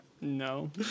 No